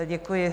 Děkuji.